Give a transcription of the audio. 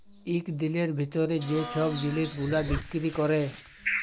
ইক দিলের ভিতরে যে ছব জিলিস গুলা বিক্কিরি ক্যরে